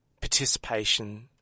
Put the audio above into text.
participation